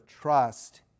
trust